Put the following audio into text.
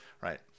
right